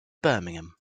birmingham